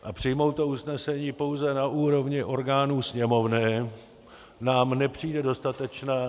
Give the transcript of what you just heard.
A přijmout to usnesení pouze na úrovni orgánů Sněmovny nám nepřijde dostatečné.